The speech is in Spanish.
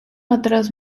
otros